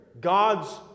God's